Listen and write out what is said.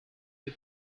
you